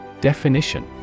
Definition